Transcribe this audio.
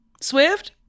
Swift